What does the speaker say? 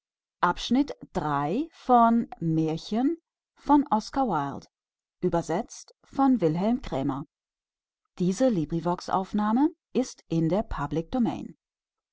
ist in der